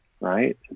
right